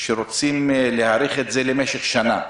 שרוצים להאריך את זה למשך שנה.